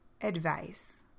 advice